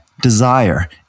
desire